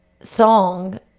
song